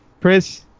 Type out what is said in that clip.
Chris